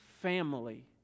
family